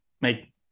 make